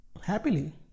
happily